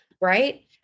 right